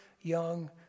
young